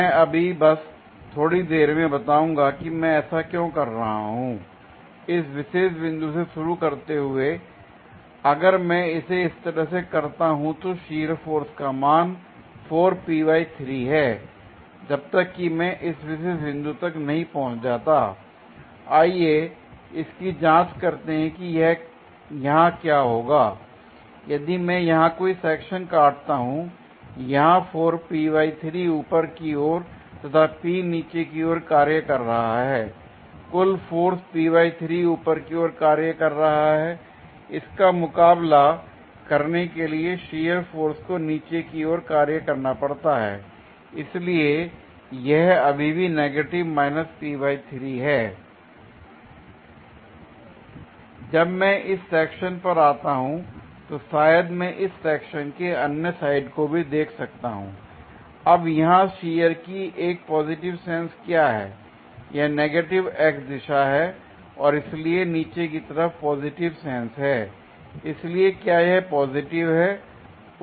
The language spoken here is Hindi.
मैं अभी बस थोड़ी देर में बताऊंगा कि मैं ऐसा क्यों कर रहा हूं l इस विशेष बिंदु से शुरु करते हुए अगर मैं इसे इस तरह से करता हूं तो शियर फोर्स का मान है जब तक कि मैं इस विशेष बिंदु तक नहीं पहुंच जाता l आइए इसकी जांच करते हैं कि यहां क्या होगा l यदि में यहां कोई सेक्शन काटता हूं यहां ऊपर की ओर तथा P नीचे की ओर कार्य कर रहा है कुल फोर्स ऊपर की ओर कार्य कर रहा है l इसका मुकाबला करने के लिए शियर फोर्स को नीचे की ओर कार्य करना पड़ता है इसलिए यह अभी भी नेगेटिव है l जब मैं इस सेक्शन पर आता हूं तो शायद मैं इस सेक्शन के अन्य साइड को भी देख सकता हूंl अब यहां शियर की पॉजिटिव सेंस क्या है यह नेगेटिव x दिशा है और इसलिए नीचे की तरफ पॉजिटिव सेंस है l इसलिए क्या यह पॉजिटिव है